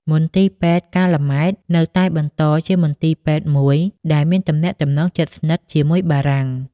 មន្ទីរពេទ្យកាល់ម៉ែត នៅតែបន្តជាមន្ទីរពេទ្យមួយដែលមានទំនាក់ទំនងជិតស្និទ្ធជាមួយបារាំង។